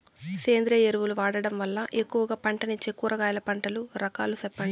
సేంద్రియ ఎరువులు వాడడం వల్ల ఎక్కువగా పంటనిచ్చే కూరగాయల పంటల రకాలు సెప్పండి?